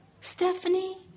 Stephanie